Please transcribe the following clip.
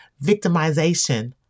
victimization